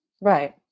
right